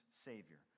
savior